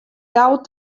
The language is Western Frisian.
gau